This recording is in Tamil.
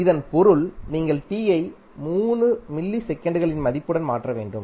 இதன் பொருள் நீங்கள் t ஐ 3 மில்லி செகண்ட்களின் மதிப்புடன் மாற்ற வேண்டும்